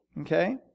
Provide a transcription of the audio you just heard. okay